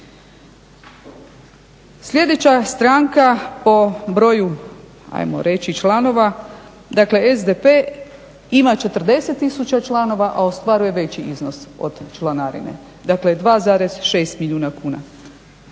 Sljedeća stranka po broju ajmo reći članova dakle SDP ima 40 tisuća članova, a ostvaruje veći iznos od članarine dakle 2,6 milijuna kuna.